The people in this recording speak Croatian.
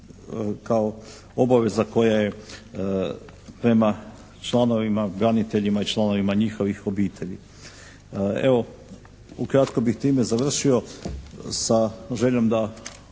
kao obaveza koja je prema članovima, braniteljima i članovima njihovih obitelji. Evo, ukratko bih time završio sa željom da